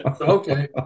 okay